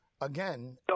again